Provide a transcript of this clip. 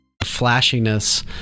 flashiness